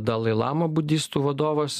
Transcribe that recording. dalai lama budistų vadovas